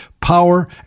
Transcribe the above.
power